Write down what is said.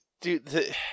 dude